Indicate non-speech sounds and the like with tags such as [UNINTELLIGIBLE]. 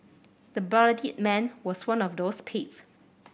the bloodied man was one of those [UNINTELLIGIBLE]